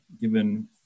given